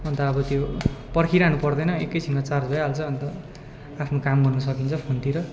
अन्त अब त्यो पर्खिरहनु पर्दैन एक क्षणमा चार्ज भइहाल्छ अन्त आफ्नो काम गर्न सकिन्छ फोनतिर